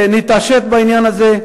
שנתעשת בעניין הזה,